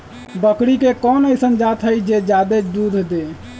बकरी के कोन अइसन जात हई जे जादे दूध दे?